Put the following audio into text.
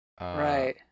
Right